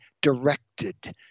directed